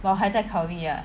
我还在考虑 lah